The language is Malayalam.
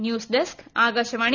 news desk Akashvani